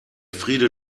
friede